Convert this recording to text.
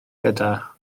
gyda